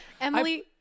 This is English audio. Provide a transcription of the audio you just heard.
Emily